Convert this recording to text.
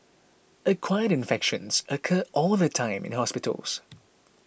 acquired infections occur all the time in hospitals